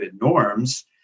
norms